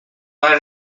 para